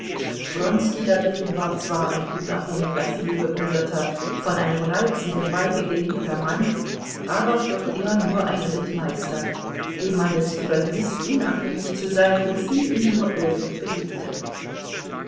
wronski dagegen war zwar ein unabhängiger vielbewunderter von einem reizenden weibe geliebter mann aber doch immer nur ein rittmeister dem man es überließ unabhängig zu sein soviel ihm nur irgend beliebte